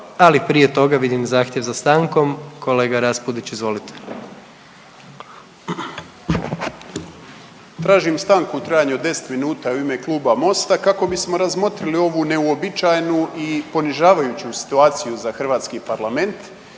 ali prije toga vidim zahtjev za stankom. Kolega Raspudić izvolite. **Raspudić, Nino (Nezavisni)** Tražim stanku u trajanju od 10 minuta u ime Kluba MOST-a kako bismo razmotrili ovu neuobičajenu i ponižavajuću situaciju za hrvatski parlament.